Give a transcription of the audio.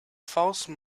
false